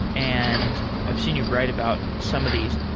and i've seen you write about some of these.